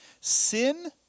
Sin